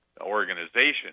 organization